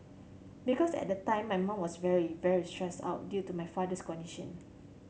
because at the time my mum was very very stressed out due to my father's condition